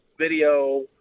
video